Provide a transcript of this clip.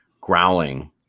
growling